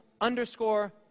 underscore